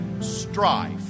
strife